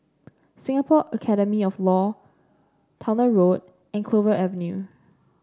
Singapore Academy of Law Towner Road and Clover Avenue